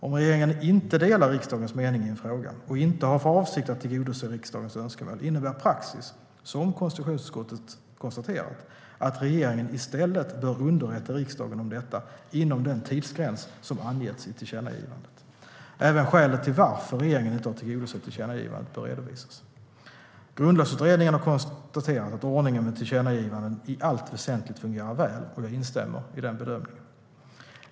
Om regeringen inte delar riksdagens mening i en fråga och inte har för avsikt att tillgodose riksdagens önskemål, innebär praxis - som konstitutionsutskottet konstaterat - att regeringen i stället bör underrätta riksdagen om detta inom den tidsgräns som angetts i tillkännagivandet. Även skälen till att regeringen inte har tillgodosett tillkännagivandet bör redovisas. Grundlagsutredningen har konstaterat att ordningen med tillkännagivanden i allt väsentligt fungerar väl. Jag instämmer i den bedömningen.